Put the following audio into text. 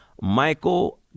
Michael